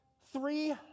three